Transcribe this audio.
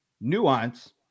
nuance